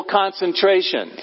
concentration 。